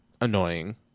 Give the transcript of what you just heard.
annoying